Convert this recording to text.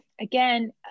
again